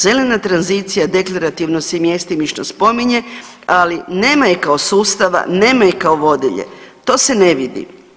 Zelena tranzicija deklarativno se i mjestimično spominje, ali nema je kao sustava, nema je kao vodilje, to se ne vidi.